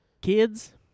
Kids